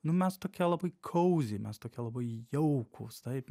nu mes tokie labai kauziai mes tokie labai jaukūs taip